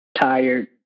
tired